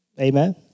amen